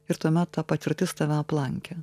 ir tuomet ta patirtis tave aplankė